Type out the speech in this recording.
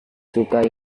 suka